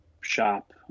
shop